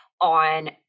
on